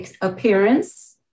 appearance